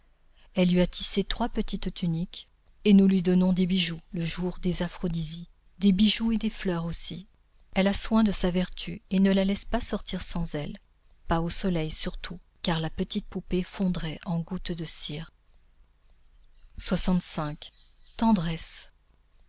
elle lui a tissé trois petites tuniques et nous lui donnons des bijoux le jour des aphrodisies des bijoux et des fleurs aussi elle a soin de sa vertu et ne la laisse pas sortir sans elle pas au soleil surtout car la petite poupée fondrait en gouttes de cire tendresse